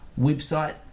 website